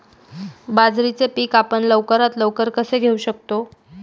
बाजरीचे पीक आपण लवकरात लवकर कसे घेऊ शकतो?